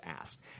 ask